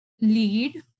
lead